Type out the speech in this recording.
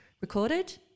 recorded